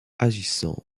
agissant